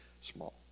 small